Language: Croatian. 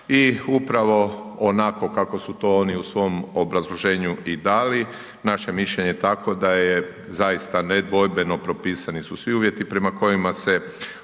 i upravo onako kako su to oni u svom obrazloženju i dali, naše mišljenje je tako da je zaista nedvojbeno, propisani su svi uvjeti prema kojima se